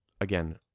Again